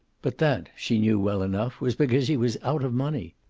but that she knew well enough was because he was out of money.